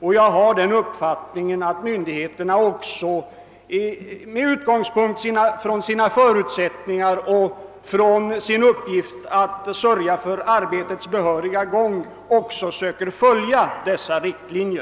Jag har den uppfattningen att myndigheterna, med utgångspunkt i sina förutsättningar och i sin uppgift att sörja för arbetets behöriga gång, också söker följa dessa riktlinjer.